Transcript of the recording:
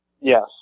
Yes